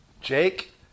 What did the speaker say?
Jake